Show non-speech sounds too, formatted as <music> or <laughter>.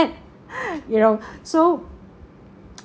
<laughs> you know <breath> so